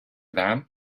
them